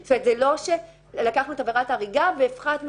זה לא שלקחנו את עבירה ההריגה והפחתנו